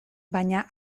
baina